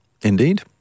Indeed